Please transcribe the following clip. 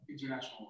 International